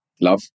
love